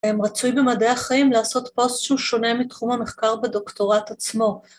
‫הם רצו במדעי החיים לעשות פוסט ‫שהוא שונה מתחום המחקר בדוקטורט עצמו.